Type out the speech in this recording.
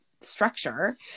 structure